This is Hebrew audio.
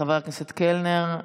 לחבר הכנסת קלנר.